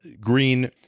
Green